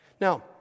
now